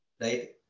right